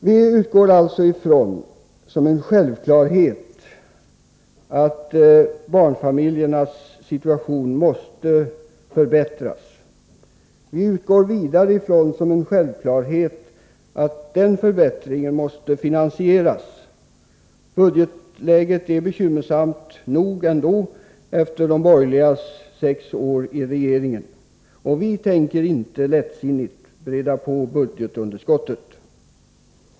Vi utgår alltså som en självklarhet från att barnfamiljernas situation måste förbättras. Vi utgår vidare som en självklarhet från att den förbättringen måste finansieras. Budgetläget är bekymmersamt nog ändå efter de borgerligas sex år i regeringen. Och vi tänker inte lättsinnigt breda på budgetunderskottet.